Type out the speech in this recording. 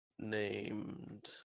named